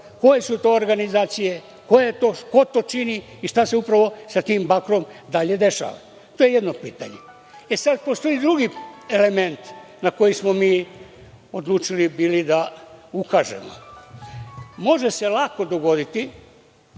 Ko je su to organizacije, ko to čini i šta se tim bakrom dešava. To je jedno pitanje. Postoji drugi element na koji smo bili odlučili da ukažemo. Može se lako dogoditi,